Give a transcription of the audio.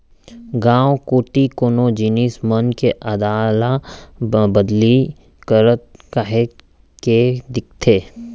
गाँव कोती कोनो जिनिस मन के अदला बदली करत काहेच के दिखथे